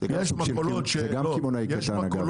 זה גם קמעונאי קטן, אגב.